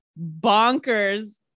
bonkers